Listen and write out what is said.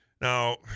Now